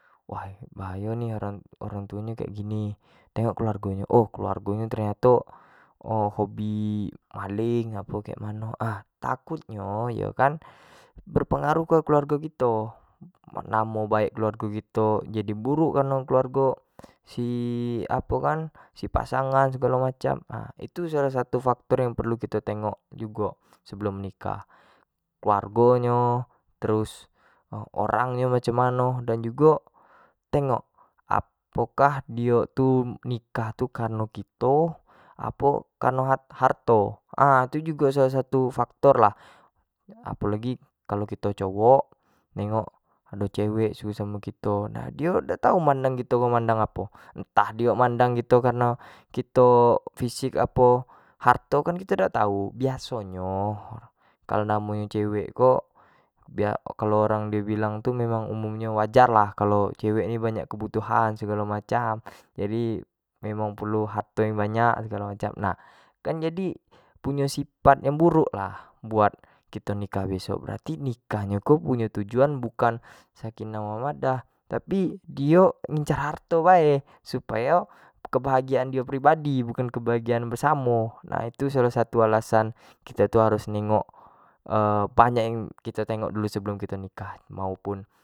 Wah bahayo ni orang tuo nyo kek gini, tengok keluargo o kelaurgo nyo ternyato hobi maling apo kemano, takut nyo berpengaruh ke keluargo kito, namo baek keluargo kito jadi buruk, kareno keluargo si anu kan si pasangan segalo macam nah itu perlu kito tengok jugo sebelum nikah, keluargo nyo terus orang nyo macam mano dan jugo tengok apokah dio tu nikah tu kareno kito, apo kareno harto itu jugo salah satu faktor lah, apo lagi kalau kito cowok nengok do cewek suko samo kito, dio dak tau mandang kito mandang apo, entah dio mandang kito kareno kito fisik apo harto kan dak tau, biaso nyo kalau namo nyo cewek ko biak kalau diomorang bilang tu umum nyo wajarlah kalau cewek ni banyak kebutuhan segalo macam, jadi memang perlu harto yang banyak segalo macam, nah kan jadi punyo sifat yang buruk lah buat kito nikah besok berarti nikah nyo ko punyo tujuan bukan sakinah, mawaddah tapi ngincar harto bae supayo kebahagiaan dio pribadi bukan kebahagiaan bersamo nah itu salah satu alas an kito tu harus ningok banyak yang harus kito tingok dulu sebelum kito nikah, maupun.